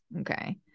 okay